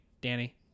Danny